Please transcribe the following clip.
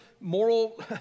moral